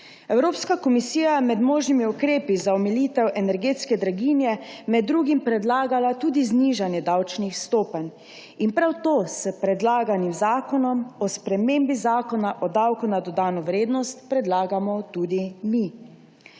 Evropska komisija je med možnimi ukrepi za omilitev energetske draginje med drugim predlagala tudi znižanje davčnih stopenj. Prav to s predlaganim zakonom o spremembi Zakona o davku na dodano vrednost predlagamo tudi mi.